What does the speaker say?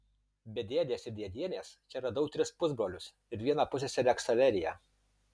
be dėdės ir dėdienės čia radau tris pusbrolius ir vieną pusseserę ksaveriją